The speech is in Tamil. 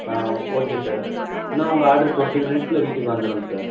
ஆ ஓகே சார் இன்னும் உங்கள் ஆட்ரு டுவெண்ட்டி மினிட்ஸில் வீட்டுக்கு வந்துடுங்க சார்